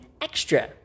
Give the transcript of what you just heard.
extra